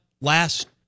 last